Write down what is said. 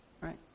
right